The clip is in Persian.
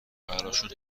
براشون